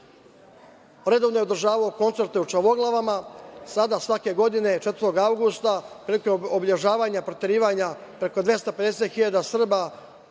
Redovno je održavao koncerte u Čavoglavama. Sada svake godine 4. avgusta, prilikom obeležavanja proterivanja preko 250.000 Srba